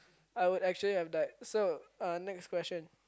I would actually have have died so uh next question